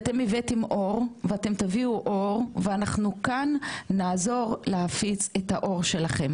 כי אתן הבאתן אור ואתם תביאו אור ואנחנו כאן נעזור להפיץ את האור שלכם